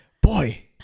Boy